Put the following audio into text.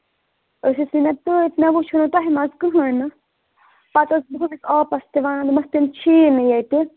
أسۍ ٲسہِ نہ تٔتۍ مےٚ وٕچھو نہٕ تۄہہِ منز کٕہٕنۍ نہٕ پَتہٕ ٲس بہٕ ہُمِس اَپَس تہِ وَنان دوٚپمَس تِم چھِیہِ نہٕ ییٚتہِ